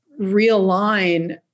realign